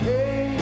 Hey